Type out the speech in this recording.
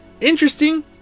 interesting